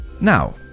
Now